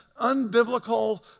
unbiblical